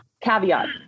caveat